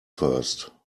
first